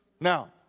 Now